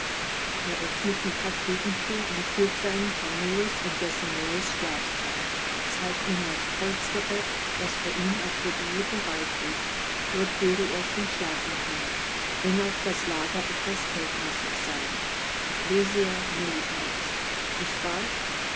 öffnet die tapetentür und führt seinen famulus in dessen neues schlafzimmer zeigt ihm das polsterbett das für ihn auf der diele bereit liegt dort werde er schon schlafen können wenn auch das lager etwas feldmäßig sei ecclesia militans nicht wahr